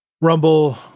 Rumble